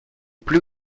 plus